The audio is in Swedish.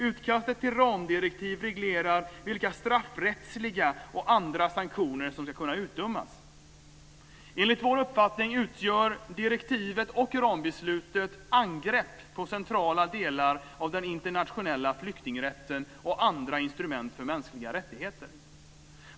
Utkastet till ramdirektiv reglerar vilka straffrättsliga och andra sanktioner som ska kunna utdömas. Enligt vår uppfattning utgör direktivet och rambeslutet angrepp på centrala delar av den internationella flyktingrätten och andra instrument för mänskliga rättigheter.